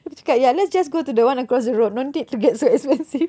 dia cakap ya let's just go to the one across the road no need to get so expensive